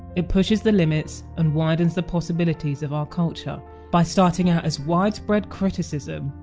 it pushes the limits and widens the possibilities of our culture by starting out as widespread criticism,